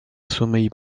sommeil